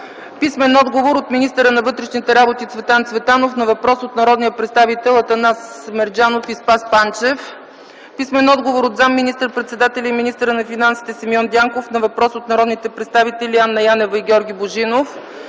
Писмен отговор от министъра на вътрешните работи Цветан Цветанов на въпрос от народните представители Атанас Мерджанов и Спас Панчев; - писмен отговор от заместник министър-председателя и министър на финансите Симеон Дянков на въпрос от народните представители Анна Янева и Георги Божинов;